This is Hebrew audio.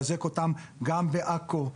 לחזק אותם גם בעכו,